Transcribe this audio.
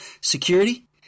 security